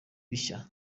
bishya